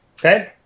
Okay